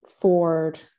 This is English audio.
Ford